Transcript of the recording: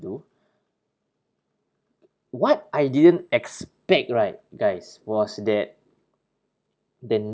do what I didn't expect right guys was that the